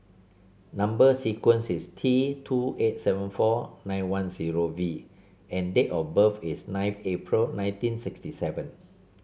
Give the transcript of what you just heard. number sequence is T two eight seven four nine one zero V and date of birth is nine April nineteen sixty seven